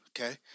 okay